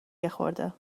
یخورده